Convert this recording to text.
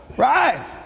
right